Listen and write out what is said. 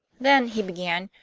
then, he began,